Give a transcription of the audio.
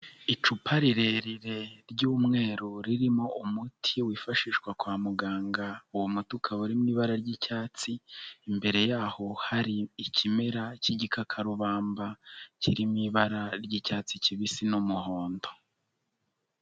Icupa rirerire ry'umweru, ririmo umuti wifashishwa kwa muganga, uwo muti ukaba mu ibara ry'icyatsi imbere yaho hari ikimera cy'igikakarubamba kiri mu ibara ry'icyatsi kibisi n'umuhondo.